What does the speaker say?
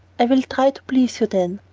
i will try to please you, then.